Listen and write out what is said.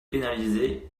pénaliser